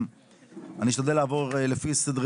אני אשתדל לעבור לפי סדר